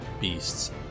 beast's